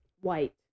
White